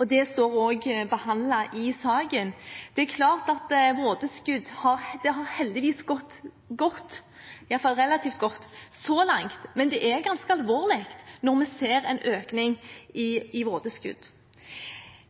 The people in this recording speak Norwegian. og det står også omtalt i saken. Det har heldigvis gått godt, iallfall relativt godt, så langt, men det er ganske alvorlig når vi ser en økning i antall vådeskudd.